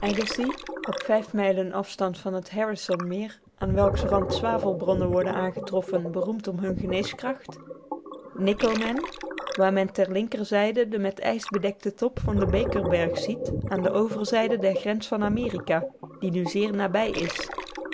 op vijf mijlen afstands van het harrison meer aan welks rand zwavelbronnen worden aangetroffen beroemd om hunne geneeskracht nicomen waar men ter linkerzijde den met ijs bedekten top van den bakerberg ziet aan de overzijde der grens van amerika die nu zeer nabij is